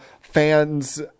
fans